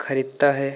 खरीदता है